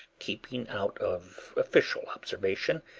keeping out of official observation,